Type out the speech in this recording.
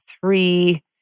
three